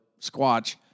Squatch